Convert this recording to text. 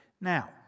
Now